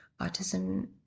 autism